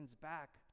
back